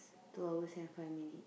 two hours and five minute